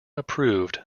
approved